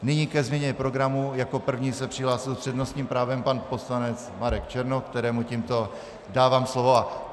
Nyní ke změně programu jako první se přihlásil s přednostním právem pan poslanec Marek Černoch, kterému tímto dávám slovo.